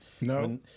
No